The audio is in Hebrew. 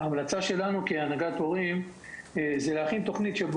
ההמלצה שלנו כהנהגת הורים היא להכין תוכנית שבה